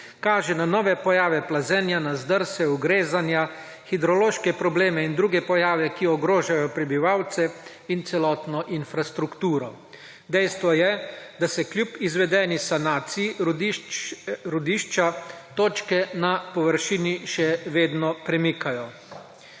kaže na nove pojave plazenja, na zdrse, ugrezanja, hidrološke probleme in druge pojave, ki ogrožajo prebivalce in celotno infrastrukturo. Dejstvo je, da se kljub izvedeni sanaciji rudišča točke na površini še vedno premikajo.